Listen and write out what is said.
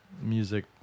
music